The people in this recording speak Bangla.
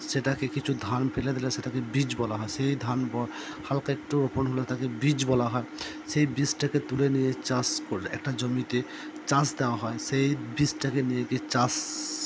সেটাকে কিছু ধান ফেলে দিলে সেটাকে বীজ বলা হয় সেই ধান হালকা একটু রোপণ হলে তাকে বীজ বলা হয় সেই বীজটাকে তুলে নিয়ে চাষ করলে একটা জমিতে চাষ দেওয়া হয় সেই বীজটাকে নিয়ে গিয়ে চাষ